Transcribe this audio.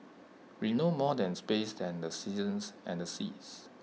we know more than space than the seasons and the seas